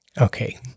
Okay